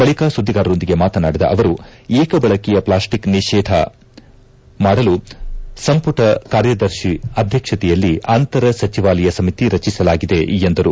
ಬಳಿಕೆ ಸುದ್ದಿಗಾರರೊಂದಿಗೆ ಮಾತನಾಡಿದ ಅವರು ಏಕಬಳಕೆಯ ಪ್ಲಾಸ್ಲಿಕ್ ನಿಷೇಧ ರದ್ದುಪಡಿಸಲು ಸಂಪುಟ ಕಾರ್ಯದರ್ಶಿ ಅಧ್ಯಕ್ಷತೆಯಲ್ಲಿ ಅಂತರ ಸಚಿವಾಲಯ ಸಮಿತಿ ರಚಿಸಲಾಗಿದೆ ಎಂದರು